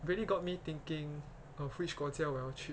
it really got me thinking of which 国家我要去